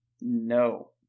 no